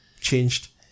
changed